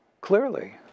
clearly